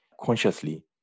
consciously